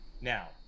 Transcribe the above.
Now